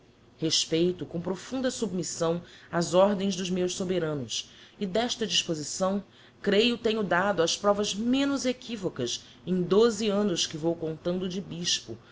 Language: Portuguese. respeito com profunda submissão as ordens dos meus soberanos e d'esta disposição creio tenho dado as provas menos equivocas em doze annos que vou contando de bispo